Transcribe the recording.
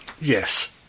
Yes